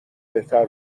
بهترتر